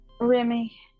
Remy